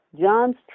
John's